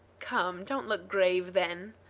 come, don't look grave then.